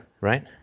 right